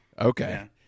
Okay